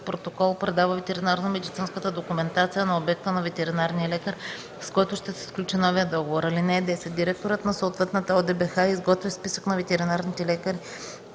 протокол предава ветеринарномедицинската документация на обекта на ветеринарния лекар, с който ще се сключи новия договор. (10) Директорът на съответната ОДБХ изготвя списък на ветеринарните лекари,